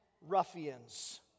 ruffians